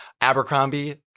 Abercrombie